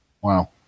Wow